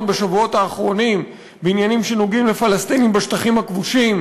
בשבועות האחרונים בעניינים שנוגעים לפלסטינים בשטחים הכבושים,